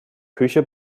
küche